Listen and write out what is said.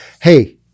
Hey